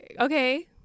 okay